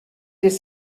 des